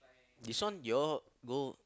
this one you all no